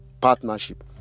Partnership